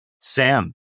Sam